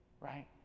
right